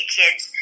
kids